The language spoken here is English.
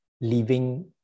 living